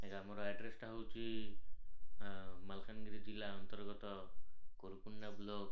ଆଜ୍ଞା ଆମର ଆଡ଼୍ରେସ୍ଟା ହେଉଛି ମାଲକାନଗିରି ଜିଲ୍ଲା ଅନ୍ତର୍ଗତ କୁରକୁଣ୍ଡା ବ୍ଲକ